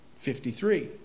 53